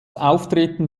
auftreten